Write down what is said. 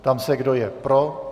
Ptám se, kdo je pro.